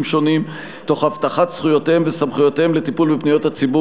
שונים תוך הבטחת זכויותיהם וסמכויותיהם לטיפול בפניות הציבור